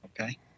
Okay